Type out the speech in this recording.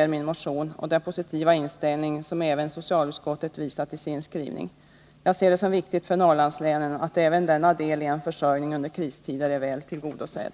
anledning av min motion och den positiva inställning som socialutskottet visat i sin skrivning. Enligt min mening är det viktigt för Norrlandslänen att även denna del av försörjningen under kristid är väl tillgodosedd.